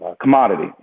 commodity